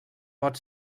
pot